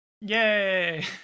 Yay